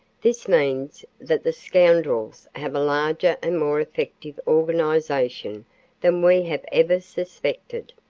this means that the scoundrels have a larger and more effective organization than we have ever suspected.